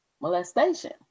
molestation